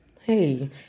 Hey